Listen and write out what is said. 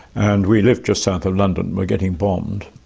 and we lived just south of london were getting bombed.